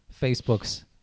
Facebook's